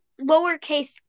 lowercase